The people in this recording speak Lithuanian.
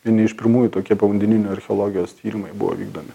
vieni iš pirmųjų tokie povandeninio archeologijos tyrimai buvo vykdomi